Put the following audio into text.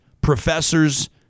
professors